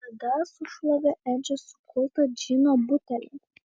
tada sušlavė edžio sukultą džino butelį